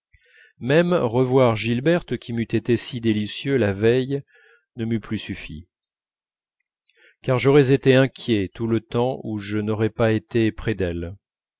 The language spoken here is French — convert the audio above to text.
même revoir gilberte qui m'eût été si délicieux la veille ne m'eût plus suffi car j'aurais été inquiet tout le temps où je n'aurais pas été près d'elle